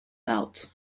out